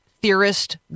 theorist